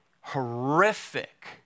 Horrific